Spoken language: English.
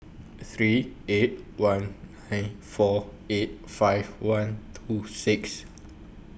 three eight one nine four eight five one two six